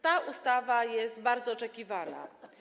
Ta ustawa jest bardzo oczekiwana.